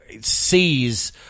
Sees